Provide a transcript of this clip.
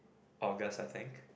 August I think